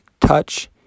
touch